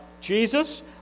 Jesus